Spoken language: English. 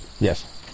yes